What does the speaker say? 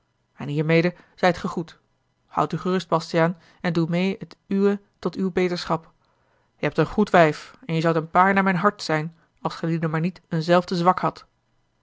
en hiermede zijt gegroet houd u gerust bastiaan en doe meê het uwe tot uwe beterschap je hebt een goed wijf en je zoudt een paar naar mijn hart zijn als gijlieden maar niet een zelfde zwak hadt